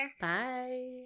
Bye